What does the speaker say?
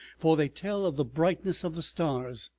for they tell of the brightness of the stars.